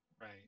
Right